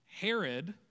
Herod